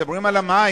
מדברים על המים.